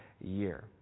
year